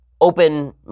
open